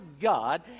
God